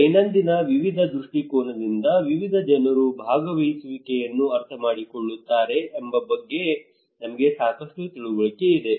ದೈನಂದಿನ ವಿವಿಧ ದೃಷ್ಟಿಕೋನದಿಂದ ವಿವಿಧ ಜನರು ಭಾಗವಹಿಸುವಿಕೆಯನ್ನು ಅರ್ಥಮಾಡಿಕೊಳ್ಳುತ್ತಾರೆ ಎಂಬ ಬಗ್ಗೆ ನಮಗೆ ಸಾಕಷ್ಟು ತಿಳುವಳಿಕೆ ಇದೆ